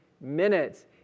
minutes